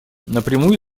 напрямую